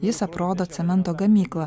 jis aprodo cemento gamyklą